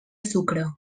sucre